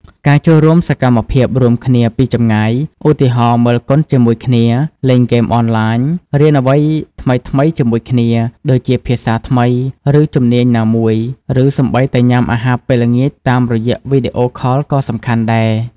ការចូលរួមសកម្មភាពរួមគ្នាពីចម្ងាយ ឧទាហរណ៍មើលកុនជាមួយគ្នា លេងហ្គេមអនឡាញ រៀនអ្វីថ្មីៗជាមួយគ្នា ដូចជាភាសាថ្មី ឬជំនាញណាមួយ ឬសូម្បីតែញ៉ាំអាហារពេលល្ងាចតាមរយៈវីដេអូខលក៏សំខាន់ដែរ។